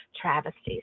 travesties